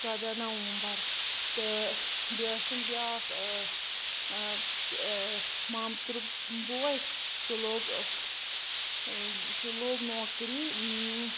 ژۄدہ نَوَمبر تہٕ بیٚیہِ ٲسٕم بیاکھ مامتُر بوے سُہ لوٚگ سُہ لوٚگ نوکری